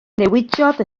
newidiodd